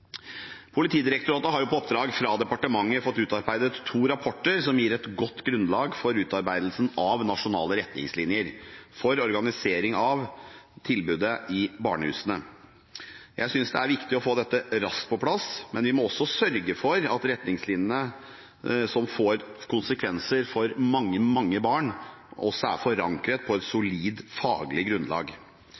Politidirektoratet har på oppdrag fra departementet fått utarbeidet to rapporter som gir et godt grunnlag for utarbeidelsen av nasjonale retningslinjer for organiseringen av og tilbudet i barnehusene. Jeg synes det er viktig å få dette raskt på plass, men vi må også sørge for at retningslinjene, som får konsekvenser for mange, mange barn, også er forankret i et solid faglig grunnlag.